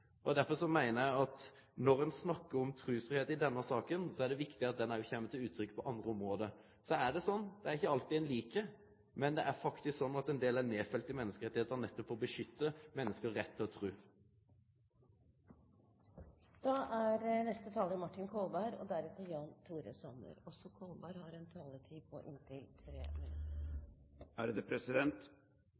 meiner at når ein snakkar om trusfridom i denne saka, er det viktig at han òg kjem til uttrykk på andre område. Så er det slik at det ikkje er alt ein liker, men det er faktisk slik at det er ein del som er nedfelt i menneskerettane nettopp for å beskytte menneske sin rett til å tru. Det er